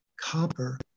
copper